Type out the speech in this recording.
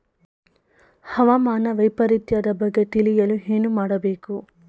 ಹವಾಮಾನ ವೈಪರಿತ್ಯದ ಬಗ್ಗೆ ತಿಳಿಯಲು ಏನು ಮಾಡಬೇಕು?